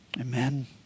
Amen